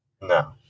No